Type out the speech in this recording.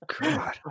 god